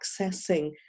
accessing